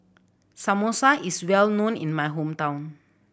Samosa is well known in my hometown